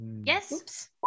Yes